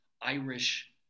Irish